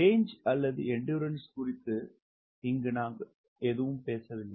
range அல்லது endurance குறித்து நாங்கள் இங்கு எதுவும் பேசவில்லை